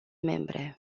membre